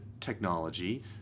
technology